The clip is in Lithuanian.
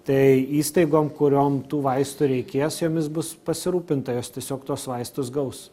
tai įstaigom kuriom tų vaistų reikės jomis bus pasirūpinta jos tiesiog tuos vaistus gaus